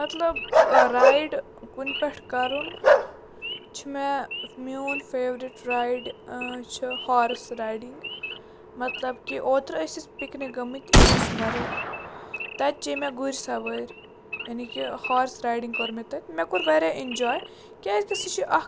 مطلب رایڈ کُنہِ پٮ۪ٹھ کَرُن چھُ مےٚ میون فیورِٹ رایڈ چھِ ہارٕس رایڈِنٛگ مطلب کہِ اوترٕ ٲسۍ أسۍ پِکنِک گٔمٕتۍ یوٗسمَرٕگ تَتہِ چے مےٚ گُرۍ سَوٲرۍ یعنی کہِ ہارٕس رایڈِنٛگ کوٚر مےٚ تَتہِ مےٚ کوٚر واریاہ اِنجاے کیٛازِکہِ سُہ چھِ اَکھ